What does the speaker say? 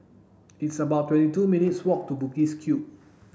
it's about twenty two minutes' walk to Bugis Cube